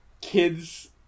kids